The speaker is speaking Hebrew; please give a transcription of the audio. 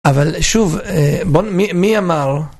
אבל שוב, מי אמר...